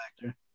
factor